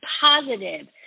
positive